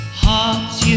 hearts